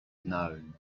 known